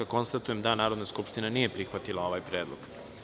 Konstatujem da Narodna skupština nije prihvatila ovaj predlog.